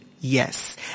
Yes